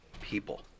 people